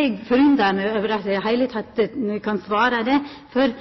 Eg forundrar meg over at ein i det heile kan seia det, for